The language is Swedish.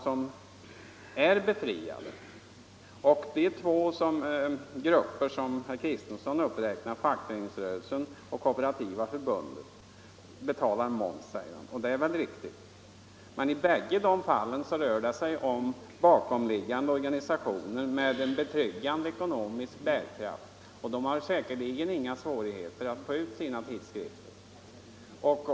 Det är väl riktigt att de två grupper som herr Kristenson nämnde, fackföreningsrörelsen och Kooperativa förbundet, betalar moms. Men i bägge de fallen rör det sig om bakomliggande organisationer med en betryggande ekonomisk bärkraft som säkerligen inte har några svårigheter att ge ut sina tidskrifter.